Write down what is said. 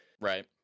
right